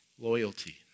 loyalty